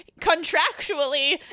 contractually